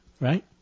right